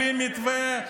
בלי מתווה,